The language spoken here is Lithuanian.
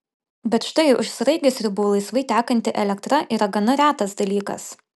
bet štai už sraigės ribų laisvai tekanti elektra yra gana retas dalykas